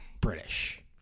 British